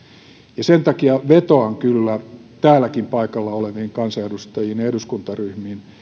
ja sen takia vetoan kyllä täälläkin paikalla oleviin kansanedustajiin ja eduskuntaryhmiin